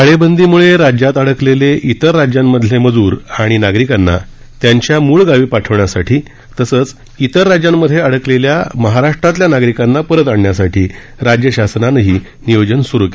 टाळेबंदीमुळे राज्यात अडकलेले इतर राज्यांमधल्या मजूर आणि नागरिकांना त्यांच्या मूळ गावी पाठविण्यासाठी तसंच इतर राज्यांमध्ये अडकलेल्या महाराष्ट्रातल्या नागरिकांना परत आणण्यासाठी राज्य शासनानंही नियोजन सुरु केलं आहे